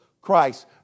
Christ